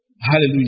Hallelujah